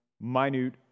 minute